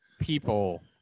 people